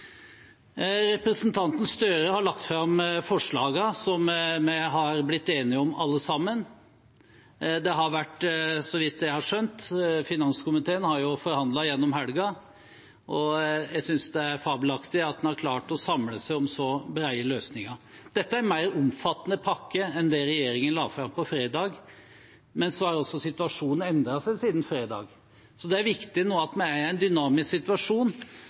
Representanten Gahr Støre har lagt fram forslagene som vi har blitt enige om alle sammen. Så vidt jeg har skjønt, har finanskomiteen forhandlet gjennom helgen. Jeg synes det er fabelaktig at en har klart å samle seg om så brede løsninger. Dette er en mer omfattende pakke enn det regjeringen la fram på fredag, men så har også situasjonen endret seg siden fredag. Det er viktig nå at vi er i en dynamisk situasjon